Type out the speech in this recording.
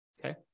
Okay